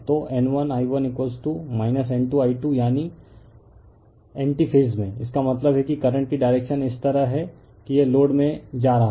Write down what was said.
तो N1I1 N2I2 यानी anti phase में इसका मतलब है कि करंट की डायरेक्शन इस तरह है कि यह लोड में जा रहा है